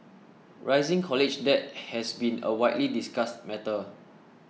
rising college debt has been a widely discussed matter